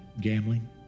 gambling